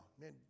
Man